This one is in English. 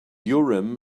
urim